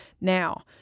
Now